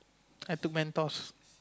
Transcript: have to